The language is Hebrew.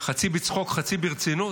חצי בצחוק חצי ברצינות,